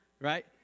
right